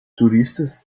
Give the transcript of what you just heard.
turistas